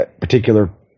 particular